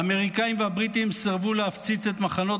האמריקאים והבריטים סירבו להפציץ את מחנות